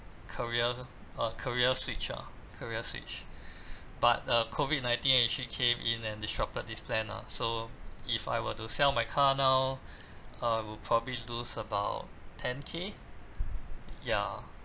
career uh career switch ah career switch but uh COVID nineteen actually came in and disrupted this plan ah so if I were to sell my car now uh will probably lose about ten K ya